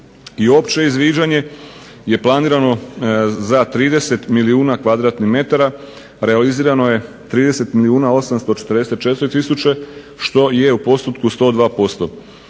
I opće izviđanje je planirano za 30 milijuna m2, a realizirano je 30 milijuna 844 tisuće što je u postotku 102%.